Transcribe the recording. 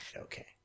okay